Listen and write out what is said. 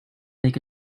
make